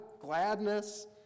gladness